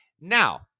Now